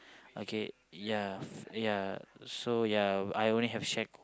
okay ya ya so ya I only have shack